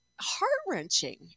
heart-wrenching